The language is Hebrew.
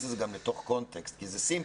את זה גם לתוך קונטקסט כי זה סימפטום.